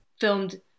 filmed